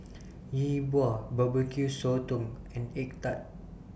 Yi Bua Barbecue Sotong and Egg Tart